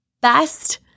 best